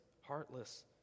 heartless